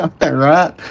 Right